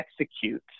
execute